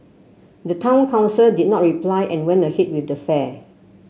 the town council did not reply and went ahead with the fair